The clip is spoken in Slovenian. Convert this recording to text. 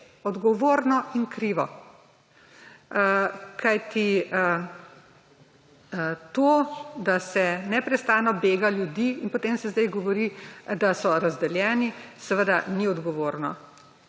odgovorno in krivo. To, da se neprestano bega ljudi in se zdaj govori, da so razdeljeni, seveda ni odgovorno.